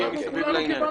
שנוגעים בעניין.